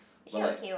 but like